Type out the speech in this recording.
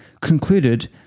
concluded